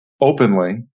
openly